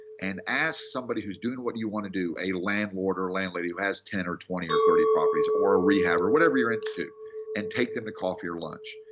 and ask somebody who's doing what you want to do a landlord or landlady who has ten or twenty or thirty properties, or a rehab or whatever you're into and take them to coffee or lunch.